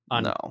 no